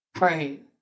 Right